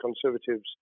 Conservatives